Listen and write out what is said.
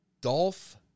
Dolph